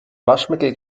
waschmittel